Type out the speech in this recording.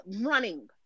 running